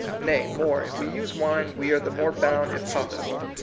nay, more, if we use wine, we are the more bound, if possible,